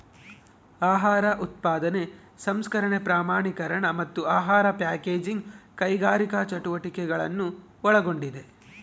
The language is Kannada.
ಆಹಾರ ಉತ್ಪಾದನೆ ಸಂಸ್ಕರಣೆ ಪ್ರಮಾಣೀಕರಣ ಮತ್ತು ಆಹಾರ ಪ್ಯಾಕೇಜಿಂಗ್ ಕೈಗಾರಿಕಾ ಚಟುವಟಿಕೆಗಳನ್ನು ಒಳಗೊಂಡಿದೆ